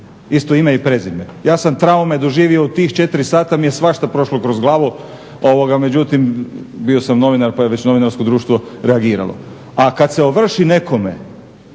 isto ime i prezime. Ja sam traume doživio u tih 4 sata mi je svašta prošlo kroz glavu, međutim, bio sam novinar pa je već Novinarsko društvo reagiralo. A kada se ovrši nekome,